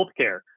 healthcare